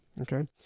okay